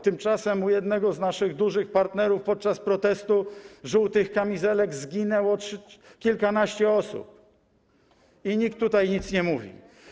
Tymczasem u jednego z naszych dużych partnerów podczas protestu żółtych kamizelek zginęło kilkanaście osób i nikt tutaj nic nie mówił.